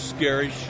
Scary